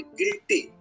guilty